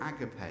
agape